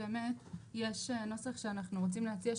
יש נוסח שאנחנו רוצים להציע,